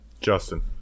Justin